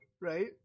right